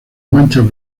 manchas